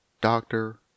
doctor